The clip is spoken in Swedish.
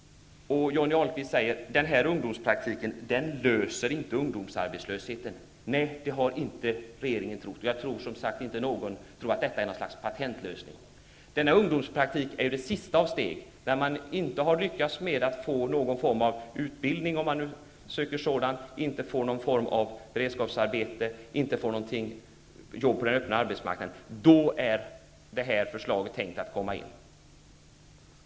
Johnny Ahlqvist säger att ungdomspraktiken inte löser problemen med ungdomsarbetslösheten. Nej, det har regeringen inte trott. Det är nog ingen som tror att detta är en patentlösning. Denna ungdomspraktik är det sista av flera steg, där man inte har lyckats få någon form av utbildning, om man nu söker sådan, inte får någon form av beredskapsarbete, inte får jobb på den öppna arbetsmarknaden. Då är det här förslaget tänkt att komma in.